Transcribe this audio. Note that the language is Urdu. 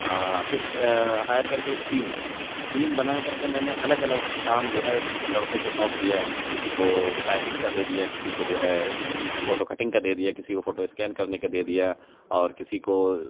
فر ہائر کر کے ایک ٹیم بنائی ٹیم بنا کر کے میں نے الگ الگ کام جو ہے لڑکوں کو سونپ دیا کسی کو ٹائپنگ کا دے دیا کسی کو جو ہے فوٹو کٹنگ کا دے دیا کسی کو فوٹو اسکین کرنے کا دے دیا اور کسی کو